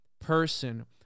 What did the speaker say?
person